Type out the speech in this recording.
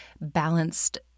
balanced